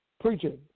preaching